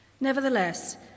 Nevertheless